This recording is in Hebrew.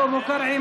שלמה קרעי,